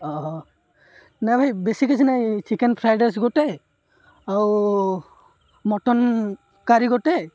ନାଇଁ ଭାଇ ବେଶୀ କିଛି ନାଇଁ ଚିକେନ୍ ଫ୍ରାଏଡ଼୍ ରାଇସ୍ ଗୋଟେ ଆଉ ମଟନ୍ କରି ଗୋଟେ